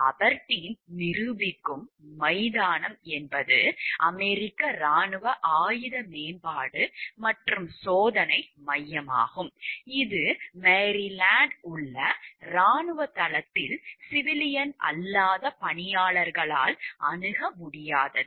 Aberdeen நிரூபிக்கும் மைதானம் என்பது அமெரிக்க இராணுவ ஆயுத மேம்பாடு மற்றும் சோதனை மையமாகும் இது மேரிலாந்தில் உள்ள இராணுவ தளத்தில் சிவிலியன் அல்லாத பணியாளர்களால் அணுக முடியாதது